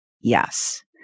yes